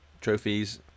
trophies